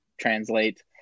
translate